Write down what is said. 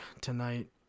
tonight